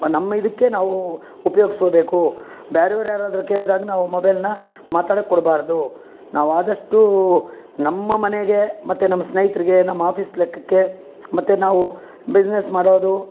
ನಮ್ಮ ಇದಕ್ಕೆ ನಾವು ಉಪ್ಯೋಗಿಸ್ಕೊಬೇಕು ಬ್ಯಾರೆವ್ರು ಯಾರಾದ್ರೂ ಕೇಳ್ದಾಗ ನಾವು ಮೊಬೈಲನ್ನ ಮಾತಾಡಕ್ಕೆ ಕೊಡಬಾರ್ದು ನಾವು ಆದಷ್ಟು ನಮ್ಮ ಮನೆಗೆ ಮತ್ತು ನಮ್ಮ ಸ್ನೇಹಿತರಿಗೆ ನಮ್ಮ ಆಫೀಸ್ ಲೆಕ್ಕಕ್ಕೆ ಮತ್ತು ನಾವು ಬಿಸ್ನೆಸ್ ಮಾಡೋದು